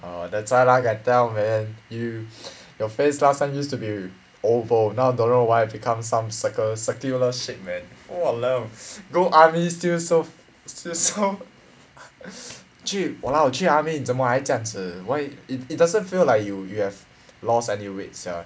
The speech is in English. ah that's why lah can tell man see you your face last time used to be oval now don't know why become some circle circular shape man !waliao! go army still so still so 去 !walao! 去 army 你真么还这样子 why it it doesn't feel like you you have lost any weight sia